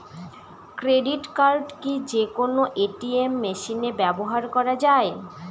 Credit card কি যে কোনো এ.টি.এম মেশিনে ব্যবহার করা য়ায়?